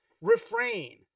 Refrain